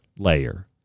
layer